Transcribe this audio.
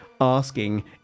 asking